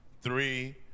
three